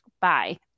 bye